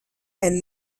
and